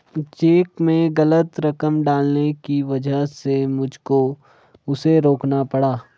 check में गलत रकम डालने की वजह से मुझको उसे रोकना पड़ा